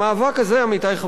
עמיתי חברי הכנסת,